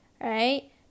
right